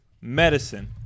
Medicine